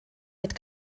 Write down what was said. mit